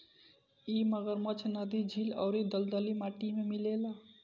इ मगरमच्छ नदी, झील अउरी दलदली माटी में मिलेला